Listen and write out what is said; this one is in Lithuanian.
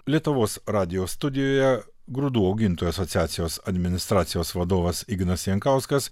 lietuvos radijo studijoje grūdų augintojų asociacijos administracijos vadovas ignas jankauskas